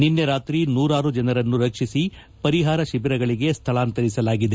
ನಿನ್ನೆ ರಾತ್ರಿ ನೂರಾರು ಜನರನ್ನು ರಕ್ಷಿಸಿ ಪರಿಹಾರ ಶಿಬಿರಗಳಿಗೆ ಸ್ಥಳಾಂತರಿಸಲಾಗಿದೆ